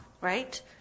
right